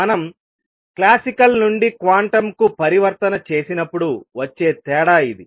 మనం క్లాసికల్ నుండి క్వాంటంకు పరివర్తన చేసినప్పుడు వచ్చే తేడా ఇది